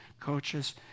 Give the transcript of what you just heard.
coaches